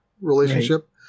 relationship